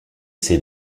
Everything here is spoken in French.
c’est